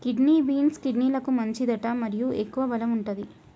kidney beans, కిడ్నీలకు మంచిదట మరియు ఎక్కువ బలం వుంటది